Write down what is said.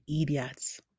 idiots